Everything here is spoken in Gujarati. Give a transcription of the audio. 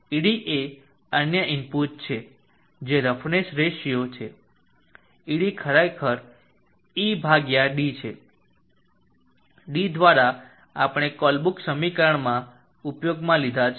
ed એ અન્ય ઇનપુટ છે જે રફનેસ રેશિયો છે ed ખરેખર e ભાગ્યા d છે d દ્વારા આપણે કોલબ્રૂક સમીકરણમાં ઉપયોગમાં લીધા છે